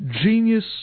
genius